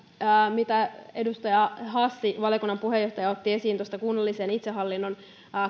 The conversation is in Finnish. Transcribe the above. mitä edustaja hassi valiokunnan puheenjohtaja otti esiin tuosta kunnallisen itsehallinnon